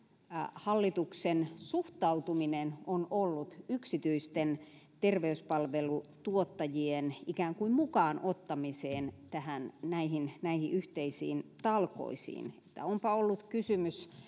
hallituksen suhtautuminen on ollut yksityisten terveyspalvelutuottajien ikään kuin mukaan ottamiseen tähän näihin näihin yhteisiin talkoisiin ja onpa ollut kysymys